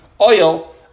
oil